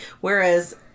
whereas